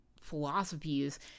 philosophies